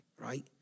right